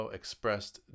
expressed